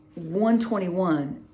121